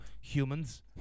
humans